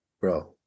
bro